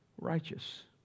righteous